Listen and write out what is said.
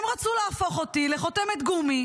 הם רצו להפוך אותי לחותמת גומי.